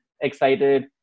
excited